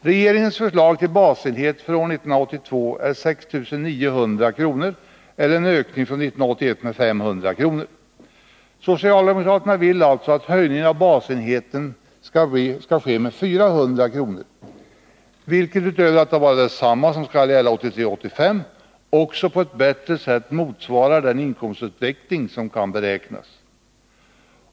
Regeringens förslag till basenhet för år 1982 är 6 900 kr., eller en ökning från 1981 med 500 kr. Socialdemokraterna vill alltså att det skall ske en höjning av basenheten med 400 kr., vilket, utöver att vara detsamma som skall gälla 1983-1985, också på ett bättre sätt motsvarar den inkomstutveckling som kan beräknas.